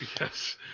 Yes